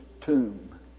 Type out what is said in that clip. tomb